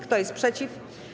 Kto jest przeciw?